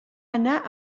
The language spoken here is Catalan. anar